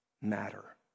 matter